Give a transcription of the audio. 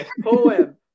Poem